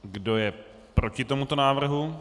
Kdo je proti tomuto návrhu?